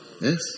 yes